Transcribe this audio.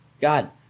God